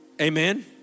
amen